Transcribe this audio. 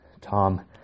Tom